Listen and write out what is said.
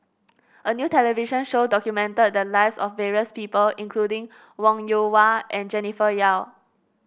a new television show documented the lives of various people including Wong Yoon Wah and Jennifer Yeo